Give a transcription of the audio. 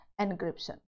encryption